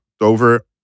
over